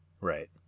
Right